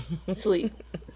sleep